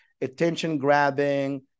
attention-grabbing